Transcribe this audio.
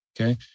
okay